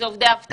זה עובדי אבטחה,